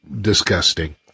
disgusting